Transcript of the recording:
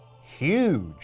huge